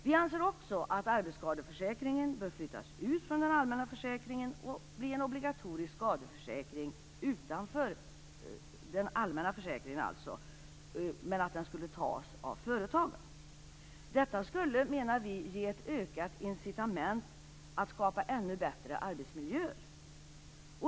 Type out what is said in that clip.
Vi anser också att arbetsskadeförsäkringen bör flyttas ut från den allmänna försäkringen och bli en obligatorisk skadeförsäkring utanför den allmänna försäkringen men att den skulle tas från företagens sida. Vi menar att detta skulle ge ett ökat incitament att skapa ännu bättre arbetsmiljöer.